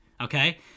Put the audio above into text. Okay